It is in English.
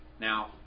Now